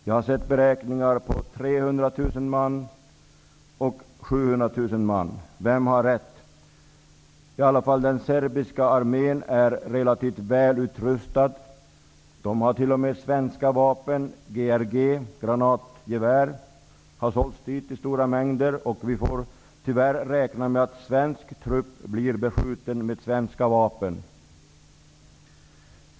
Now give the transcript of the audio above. Jag har sett andra beräkningar på 300 000 och 700 000 man. Vem har rätt? Den serbiska armén är i alla fall relativt väl utrustad. Den har t.o.m. svenska vapen. Svenska granatgevär har sålts dit i stora mängder. Vi får tyvärr räkna med att en svensk trupp blir beskjuten med svenska vapen.